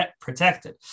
protected